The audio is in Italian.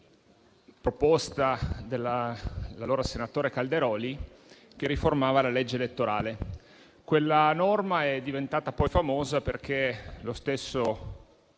proposta dell'allora senatore Calderoli, che riformava la legge elettorale. Quella norma è diventata poi famosa perché lo stesso